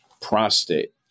prostate